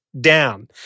down